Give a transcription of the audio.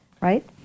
right